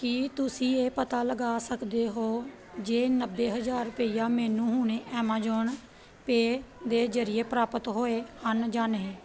ਕੀ ਤੁਸੀਂਂ ਇਹ ਪਤਾ ਲਗਾ ਸਕਦੇ ਹੋ ਜੇ ਨੱਬੇ ਹਜ਼ਾਰ ਰੁਪਏ ਮੈਨੂੰ ਹੁਣ ਐਮਾਜ਼ਾਨ ਪੇ ਦੇ ਜ਼ਰੀਏ ਪ੍ਰਾਪਤ ਹੋਏ ਹਨ ਜਾਂ ਨਹੀਂ